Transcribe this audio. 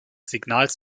signals